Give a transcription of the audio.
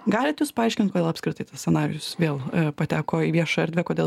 galit jūs paaiškint kodėl apskritai tas scenarijus vėl pateko į viešą erdvę kodėl